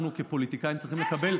אנחנו כפוליטיקאים צריכים לקבל,